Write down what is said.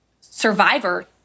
survivor